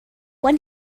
when